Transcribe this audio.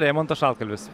rėmonto šaltkalvis